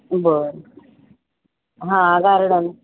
बरं हां गार्डन